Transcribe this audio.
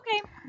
Okay